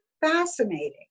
fascinating